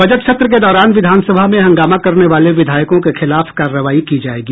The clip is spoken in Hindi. बजट सत्र के दौरान विधानसभा में हंगामा करने वाले विधायकों के खिलाफ कार्रवाई की जायेगी